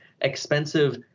expensive